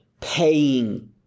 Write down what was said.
paying